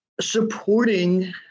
supporting